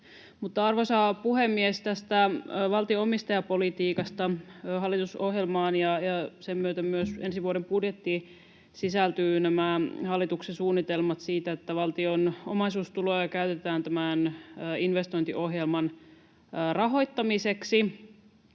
Arvoisa puhemies! Tästä valtion omistajapolitiikasta. Hallitusohjelmaan ja sen myötä myös ensi vuoden budjettiin sisältyvät nämä hallituksen suunnitelmat siitä, että valtion omaisuustuloja käytetään tämän investointiohjelman rahoittamiseksi.